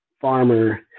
farmer